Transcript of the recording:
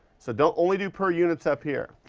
so don't only do per units up here.